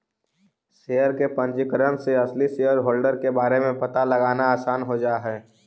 share के पंजीकरण से असली शेयरहोल्डर के बारे में पता लगाना आसान हो जा हई